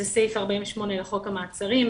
שזה סעיף 48 לחוק המעצרים,